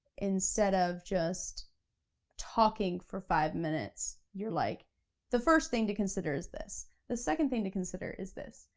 instead of just talking for five minutes, you're like the first thing to consider is this, the second thing to consider is this,